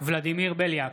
ולדימיר בליאק,